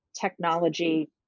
technology